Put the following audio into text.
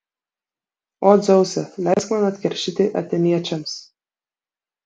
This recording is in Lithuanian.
o dzeuse leisk man atkeršyti atėniečiams